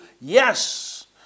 Yes